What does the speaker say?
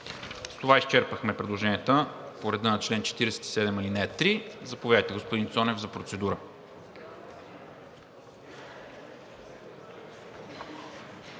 С това изчерпахме предложенията по реда на чл. 47, ал. 3. Заповядайте, господин Цонев, за процедура.